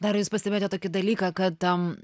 dar jūs pastebėjote tokį dalyką kad tam